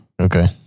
Okay